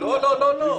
לא, לא, לא.